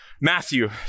Matthew